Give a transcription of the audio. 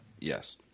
Yes